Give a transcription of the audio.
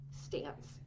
stance